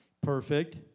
perfect